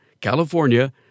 California